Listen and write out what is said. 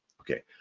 okay